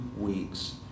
weeks